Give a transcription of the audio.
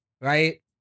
Right